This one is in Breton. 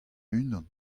unan